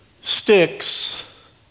Sticks